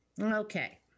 Okay